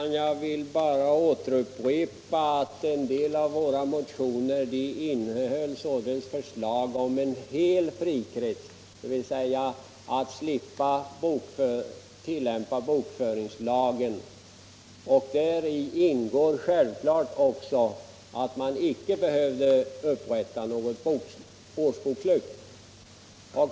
Herr talman! Jag vill upprepa att en del av våra motioner innehöll förslag om frikretsar, inom vilka man skulle slippa tillämpa bokföringslagen. I denna befrielse skulle självfallet också ingå att man icke behövde upprätta något årsbokslut.